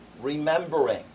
remembering